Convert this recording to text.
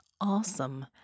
awesome